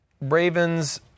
Ravens